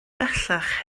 bellach